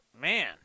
man